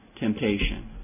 Temptation